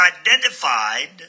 identified